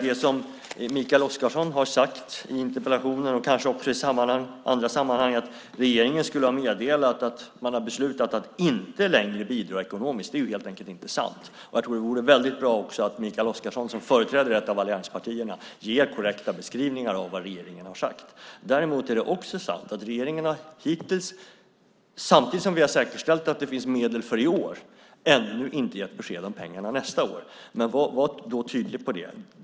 Det som Mikael Oscarsson har sagt i interpellationen och kanske också i andra sammanhang om att regeringen skulle ha meddelat att den har beslutat att inte längre bidra ekonomiskt är helt enkelt inte sant. Jag tror att det vore bra om också Mikael Oscarsson, som företräder ett av allianspartierna, ger korrekta beskrivningar av vad regeringen har sagt. Däremot är det sant att regeringen hittills, samtidigt som vi har säkerställt att det finns medel för i år, ännu inte har gett besked om pengarna nästa år. Men var då tydlig med det!